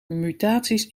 mutaties